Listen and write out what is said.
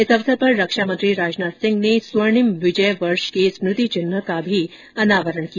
इस अवसर पर रक्षा मंत्री राजनाथ सिंह ने स्वर्णिम विजय वर्ष के स्मृति चिन्ह का भी अनावरण किया